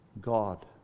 God